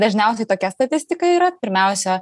dažniausiai tokia statistika yra pirmiausia